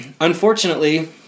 unfortunately